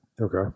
Okay